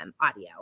audio